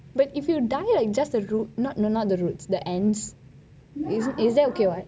but if you dye like just the roots no not the roots the ends isn't that okay what